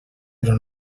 però